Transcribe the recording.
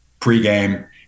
pregame